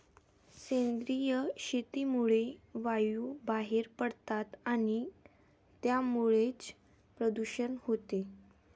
सेंद्रिय शेतीमुळे वायू बाहेर पडतात आणि त्यामुळेच प्रदूषण होते